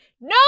No